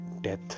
death